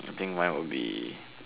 I think mine will be